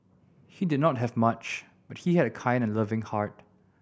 he did not have much but he had a kind and loving heart